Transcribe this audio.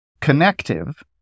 connective